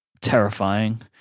terrifying